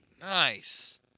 Nice